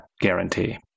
guarantee